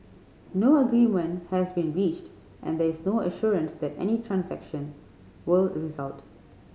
no agreement has been reached and there is no assurance that any transaction will result